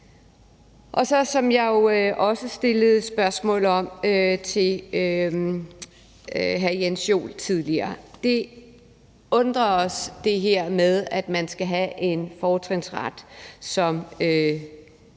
Og som jeg også stillede spørgsmål til hr. Jens Joel om tidligere, undrer det her med, at man skal have en fortrinsret som